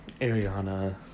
Ariana